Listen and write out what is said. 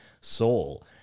soul